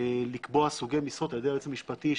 לקבוע סוגי עבירות על ידי היועץ המשפטי,